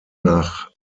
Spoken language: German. nach